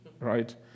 Right